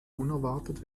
unerwartet